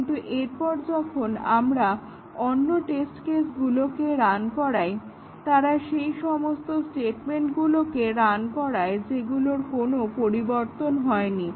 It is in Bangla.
কিন্তু এরপর যখন আমরা অন্য টেস্ট কেসগুলোকে রান করাই তারা সেই সমস্ত স্টেটমেন্টগুলোকে রান করায় যেগুলোর কোনো পরিবর্তন হয়নি